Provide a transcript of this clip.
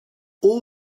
all